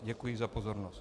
Děkuji za pozornost.